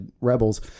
rebels